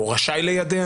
או רשאי ליידע